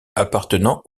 appartenant